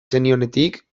zenionetik